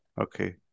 Okay